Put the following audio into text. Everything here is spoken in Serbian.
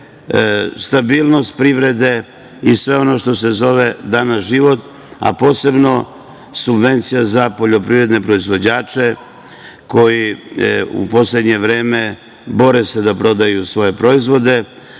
stabilnost privrede i sve ono što se zove danas život, a posebno subvencija za poljoprivredne proizvođače koji se u poslednje vreme bore da prodaju svoje proizvode,